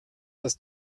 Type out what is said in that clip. das